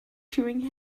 chewing